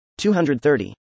230